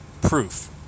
proof